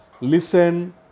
listen